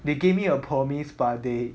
they gave me a promise but they